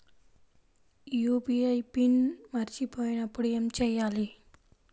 UPI PIN మరచిపోయినప్పుడు ఏమి చేయాలి?